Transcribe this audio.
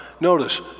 notice